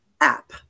App